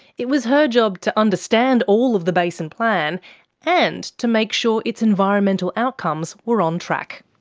it was her job to understand all of the basin plan and to make sure its environmental outcomes were on track.